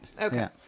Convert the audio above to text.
okay